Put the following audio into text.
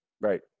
Right